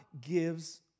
gives